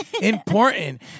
Important